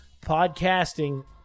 Podcasting